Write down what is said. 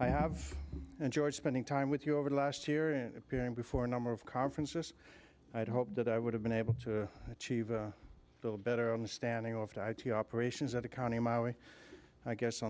have enjoyed spending time with you over the last year and appearing before a number of conferences i had hoped that i would have been able to achieve a little better understanding of the operations of the county my way i guess